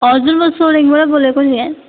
हजुर म सोरेङबाटै बोलेको नि